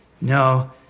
No